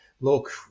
Look